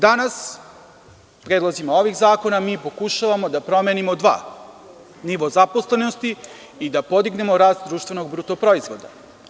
Danas predlozima ovih zakona pokušavamo da promenimo dva – nivo zaposlenosti i da podignemo rast društvenog bruto proizvoda.